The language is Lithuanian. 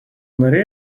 nariai